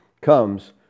comes